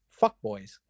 fuckboys